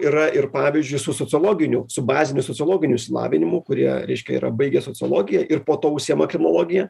yra ir pavyzdžiui su sociologiniu su baziniu sociologiniu išsilavinimu kurie reiškia yra baigę sociologiją ir po to užsiima kinologija